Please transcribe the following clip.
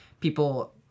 people